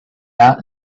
out